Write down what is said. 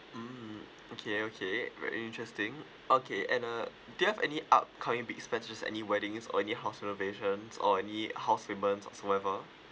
mm) okay okay very interesting okay and uh do you have any upcoming big spend such as any weddings or any house renovation or any house payment whatsoever